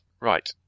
right